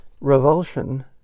Revulsion